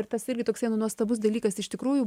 ir tas irgi toksai nu nuostabus dalykas iš tikrųjų